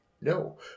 no